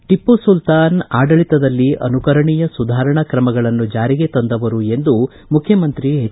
ಟಪ್ಪು ಸುಲ್ತಾನ್ ಆಡಳಿತದಲ್ಲಿ ಅನುಕರಣೀಯ ಸುಧಾರಣಾ ಕ್ರಮಗಳನ್ನು ಜಾರಿಗೆ ತಂದವರು ಎಂದು ಮುಖ್ಯಮಂತ್ರಿ ಎಚ್